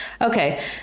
okay